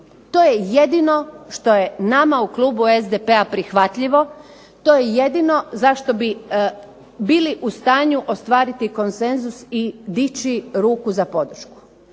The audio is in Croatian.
To je jedino što je nama u Klubu SDP-a prihvatljivo, to je jedino zbog čega bi bili u stanju postići konsenzus i dići ruku za podršku.